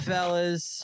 Fellas